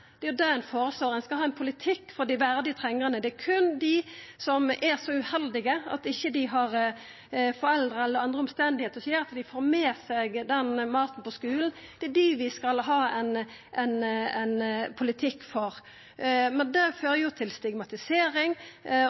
det er jo det ein føreslår – ein politikk for dei verdig trengande. Det er berre dei som er så uheldige at dei ikkje har foreldre – eller av andre omstende – som gjer at dei får med seg mat på skulen, vi skal ha ein politikk for. Det fører til stigmatisering,